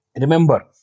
Remember